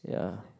ya